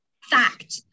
fact